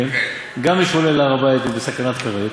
גם מי שעולה להר-הבית הוא בסכנת כרת,